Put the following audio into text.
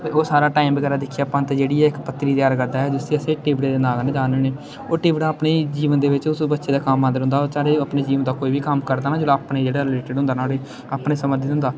ते ओह् सारा टाइम बगैरा दिक्खियै पंत जेह्ड़ी ऐ इक पत्री त्यार करदा ऐ जिस्सी अस टिबड़े दे नांऽ कन्ने जानने होन्ने और टिबड़ा अपने जीबन दे बिच्च उस बच्चे दे कम्म औंदा रौंह्दा ते ओह् चाहे ओह् अपने जीवन दा कोई बी कम्म करदा ना जेल्लै अपने जेह्ड़े रिलेटिड होंदा नुआड़ै अपने सरबंधत होंदा